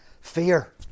fear